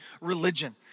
religion